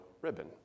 ribbon